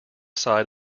side